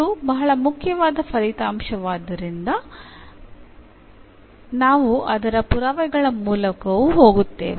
ಇದು ಬಹಳ ಮುಖ್ಯವಾದ ಫಲಿತಾಂಶವಾದ್ದರಿಂದ ನಾವು ಅದರ ಪುರಾವೆಗಳ ಮೂಲಕವೂ ಹೋಗುತ್ತೇವೆ